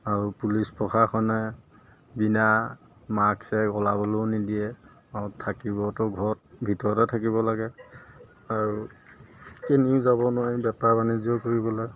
আৰু পুলিচ প্ৰশাসনে বিনা মাক্সেৰে ওলাবলৈও নিদিয়ে আৰু থাকিবতো ঘৰত ভিতৰতে থাকিব লাগে আৰু কেনিও যাব নোৱাৰি বেপাৰ বাণিজ্যও কৰিবলৈ